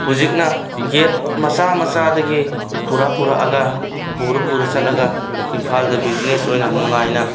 ꯍꯧꯖꯤꯛꯅ ꯒꯦꯠ ꯃꯆꯥ ꯃꯆꯥꯗꯒꯤ ꯄꯨꯔꯛ ꯄꯨꯔꯛꯑꯒ ꯄꯨꯔ ꯄꯨꯔ ꯆꯠꯂꯒ ꯏꯝꯐꯥꯜꯗ ꯕꯤꯖꯤꯅꯦꯁ ꯑꯣꯏꯅ ꯅꯨꯡꯉꯥꯏꯅ